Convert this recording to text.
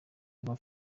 rwa